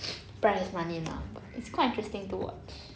prize money lah but it's quite interesting to watch